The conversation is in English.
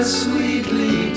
sweetly